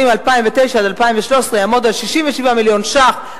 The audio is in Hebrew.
2009 2013 יעמוד על 67 מיליון שקלים.